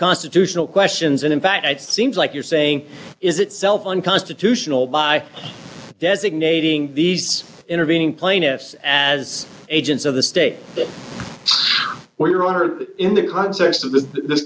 constitutional questions and in fact it seems like you're saying is itself unconstitutional by designating these intervening plaintiffs as agents of the state that we're honored in the context of the